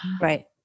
Right